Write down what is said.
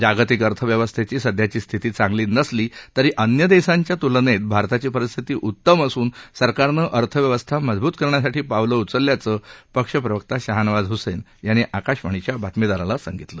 जागतिक अर्थव्यवस्थेची सध्याची स्थिती चांगली नसली तरी अन्य देशांच्या तुलनेत भारताची परिस्थिती उत्तम असून सरकारनं अर्थव्यवस्था मजबूत करण्यासाठी पावलं उचलल्याचं पक्ष प्रवक्ता शाहनवाज हुसेन यांनी आकाशवाणीच्या बातमीदाराला सांगितलं